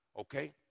okay